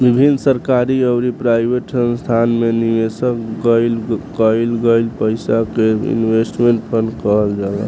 विभिन्न सरकारी अउरी प्राइवेट संस्थासन में निवेश कईल गईल पईसा के इन्वेस्टमेंट फंड कहल जाला